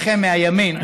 לכם מהימין,